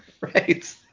Right